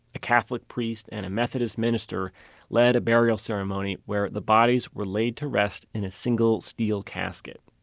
a catholic priest and a methodist minister led a burial ceremony where the bodies were laid to rest in a single steel casket.